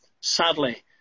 sadly